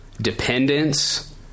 dependence